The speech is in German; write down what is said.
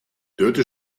dörte